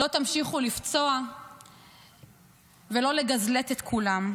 לא תמשיכו לפצוע ולא לגזלט את כולם.